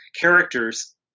characters